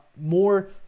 more